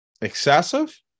excessive